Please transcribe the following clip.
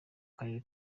karere